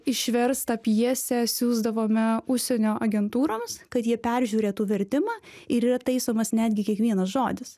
išverstą pjesę siųsdavome užsienio agentūroms kad jie peržiūrėtų vertimą ir yra taisomas netgi kiekvienas žodis